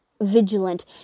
vigilant